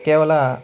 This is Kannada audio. ಕೇವಲ